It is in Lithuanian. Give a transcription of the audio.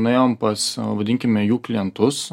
nuėjom pas vadinkime jų klientus